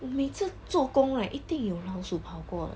我每次做工 right 一定有老鼠跑过的